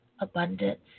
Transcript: abundance